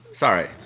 Sorry